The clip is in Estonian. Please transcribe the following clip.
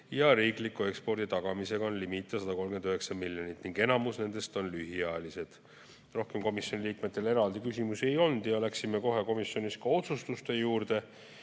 ja riikliku eksporditagatisega limiite on 139 miljonit ning enamus nendest on lühiajalised. Rohkem komisjoni liikmetel eraldi küsimusi ei olnud ja läksime kohe komisjonis otsustuste juurde.